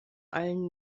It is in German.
allen